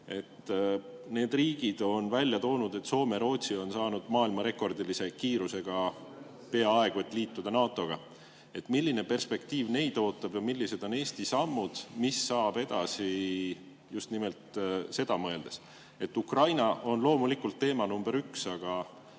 Need riigid on välja toonud, et Soome ja Rootsi on saanud maailmarekordilise kiirusega peaaegu et liituda NATO-ga. Milline perspektiiv neid ootab ja millised on Eesti sammud? Mis saab edasi just nimelt sellele mõeldes? Ukraina on loomulikult teema number üks.